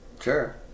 Sure